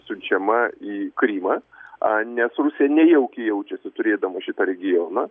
siunčiama į krymą a nes rusija nejaukiai jaučiasi turėdamas šitą regioną